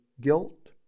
guilt